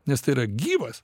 nes tai yra gyvas